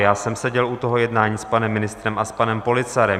Já jsem seděl u toho jednání s panem ministrem a s panem Policarem.